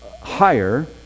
Higher